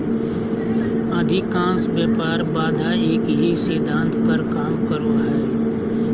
अधिकांश व्यापार बाधा एक ही सिद्धांत पर काम करो हइ